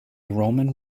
roman